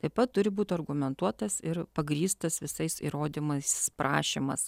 taip pat turi būt argumentuotas ir pagrįstas visais įrodymais prašymas